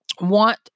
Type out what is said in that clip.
want